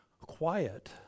quiet